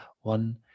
one